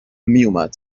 میومد